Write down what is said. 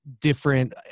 different